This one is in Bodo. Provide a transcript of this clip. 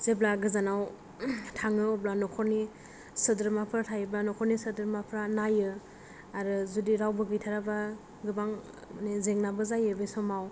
जेब्ला गोजानाव थाङो अब्ला न'खरनि सोद्रोमाफोर थायोबा न'खरनि सोद्रोमाफ्रा नायो आरो जुदि रावबो गैथाराबा गोबां माने जेंनाबो जायो बे समाव